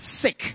sick